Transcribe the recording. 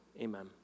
amen